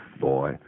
boy